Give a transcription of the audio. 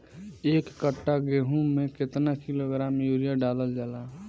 एक कट्टा गोहूँ में केतना किलोग्राम यूरिया डालल जाला?